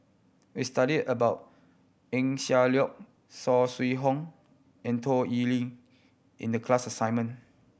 we studied about Eng Siak Loy Saw Swee Hock and Toh Liying in the class assignment